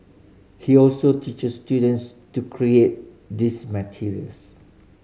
he also teaches students to create these materials